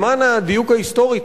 למען הדיוק ההיסטורי,